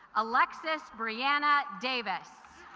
alexis brianna davis